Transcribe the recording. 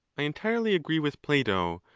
i entirely agree with plato,